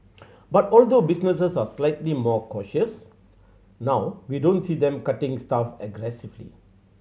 but although businesses are slightly more cautious now we don't see them cutting staff aggressively